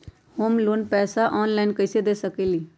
हम लोन वाला पैसा ऑनलाइन कईसे दे सकेलि ह?